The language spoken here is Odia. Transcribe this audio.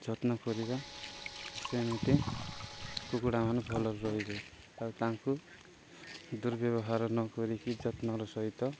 ଯତ୍ନ କରିବା ସେମିତି କୁକୁଡ଼ା ମାନେ ଭଲରେ ରହିବେ ଆଉ ତାଙ୍କୁ ଦୁର୍ବ୍ୟବହାର ନ କରରିକି ଯତ୍ନର ସହିତ